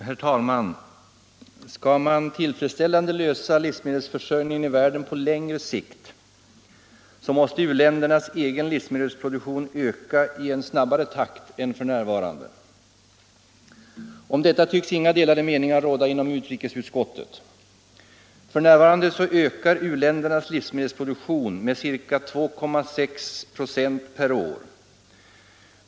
Herr talman! Skall man tillfredsställande kunna lösa livsmedelsförsörjningen i världen på längre sikt, måste u-ländernas egen livsmedelsproduktion öka i en snabbare takt än f.n. Därom tycks inga delade meningar råda inom utrikesutskottet. F. n. ökar u-ländernas livsmedelsproduktion med ca 2,6 96 per år.